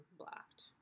blocked